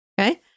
okay